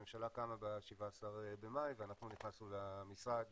הממשלה קמה ב-17 במאי ואנחנו נכנסנו למשרד